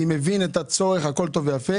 אני מבין את הצורך, הכול טוב ויפה,